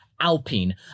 Alpine